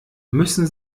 müssen